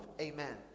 Amen